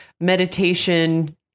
meditation